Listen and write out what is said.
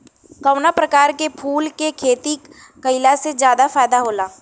कवना प्रकार के फूल के खेती कइला से ज्यादा फायदा होला?